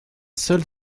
seul